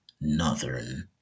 northern